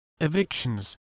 evictions